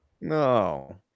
No